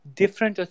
different